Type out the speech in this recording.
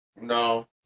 No